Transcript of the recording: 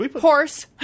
Horse